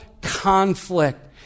conflict